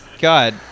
God